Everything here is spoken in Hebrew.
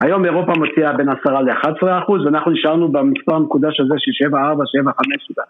היום אירופה מוציאה בין 10% ל-11% ואנחנו נשארנו במספר הנקודה של 7.4-7.5%